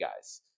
guys